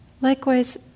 Likewise